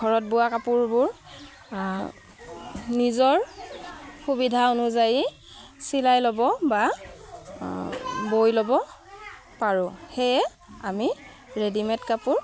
ঘৰত বোৱা কাপোৰবোৰ নিজৰ সুবিধা অনুযায়ী চিলাই ল'ব বা বৈ ল'ব পাৰোঁ সেয়ে আমি ৰেডিমেড কাপোৰ